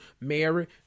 Mary